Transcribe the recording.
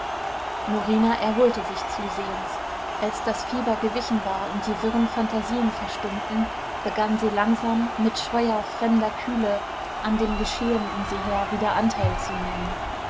norina erholte sich zusehends als das fieber gewichen war und die wirren phantasien verstummten begann sie langsam mit scheuer fremder kühle an dem geschehen um sie her wieder anteil zu nehmen